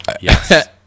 Yes